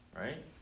Right